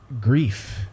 Grief